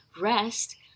rest